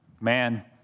man